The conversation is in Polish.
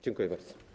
Dziękuję bardzo.